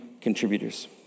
contributors